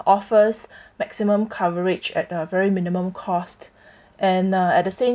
offers maximum coverage at a very minimum cost and uh at the same